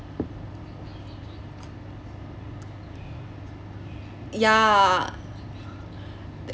ya